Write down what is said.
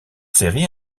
série